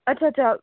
अच्छा अच्छा